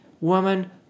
woman